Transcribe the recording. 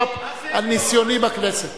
על ניסיוני בכנסת.